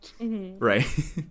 right